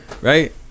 Right